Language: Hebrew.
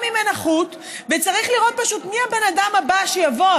ממנו חוט וצריך לראות פשוט מי הבן אדם הבא שיבוא,